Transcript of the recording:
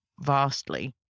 vastly